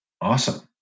awesome